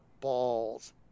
balls